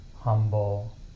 humble